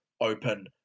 open